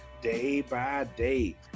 day-by-day